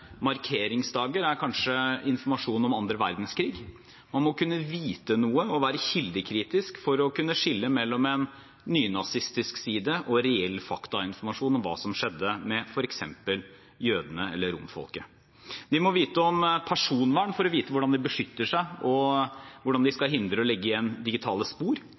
markeringsdager er kanskje informasjon om annen verdenskrig. Man må kunne vite noe og være kildekritisk for å kunne skille mellom en nynazistisk side og reell faktainformasjon om hva som skjedde med f.eks. jødene eller romfolket. De må vite om personvern for å vite hvordan de beskytter seg, og hvordan de skal unngå å legge igjen digitale spor.